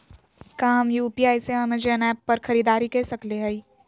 का हम यू.पी.आई से अमेजन ऐप पर खरीदारी के सकली हई?